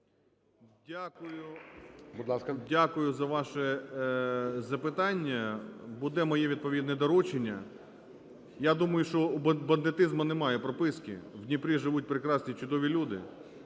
Дякую за ваше запитання. Буде моє відповідне доручення. Я думаю, що у бандитизму немає прописки, у Дніпрі живуть прекрасні, чудові люди.